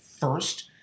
first